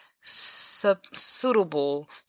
suitable